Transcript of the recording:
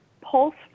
pulse